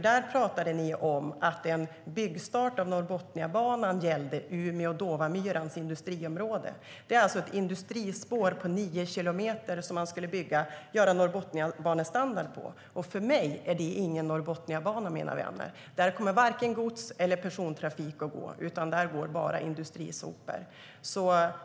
Där pratade ni om att en byggstart av Norrbotniabanan gällde Umeå och Dåvamyrans industriområde. Det är alltså ett industrispår på nio kilometer som man skulle göra Norrbotniabanestandard på. För mig är det ingen Norrbotniabana, mina vänner. Där kommer varken gods eller persontrafik att gå, utan där går bara industrisopor.